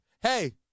hey